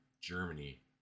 Germany